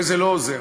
וזה לא עוזר.